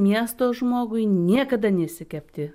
miesto žmogui niekada neišsikepti